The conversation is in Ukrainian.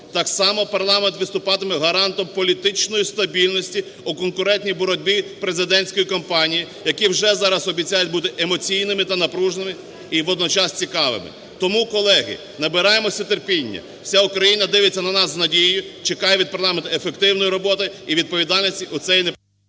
Так само парламент виступатиме гарантом політичної стабільності у конкурентній боротьбі президентської кампанії, яка вже зараз обіцяє бути емоційною та напруженою і водночас цікавою. Тому колеги, набираємося терпіння, вся Україна дивиться на нас з надією, чекає від парламенту ефективної роботи і відповідальності у цей…